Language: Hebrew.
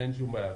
אין שום בעיה.